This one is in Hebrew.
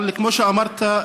אבל כמו שאמרת,